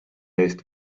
eest